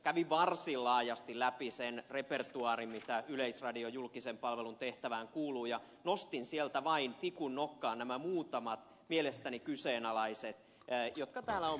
kävin varsin laajasti läpi sen repertoaarin mitä yleisradion julkisen palvelun tehtävään kuuluu ja nostin sieltä tikun nokkaan vain nämä muutamat mielestäni kyseenalaiset asiat jotka täällä on muun muassa ed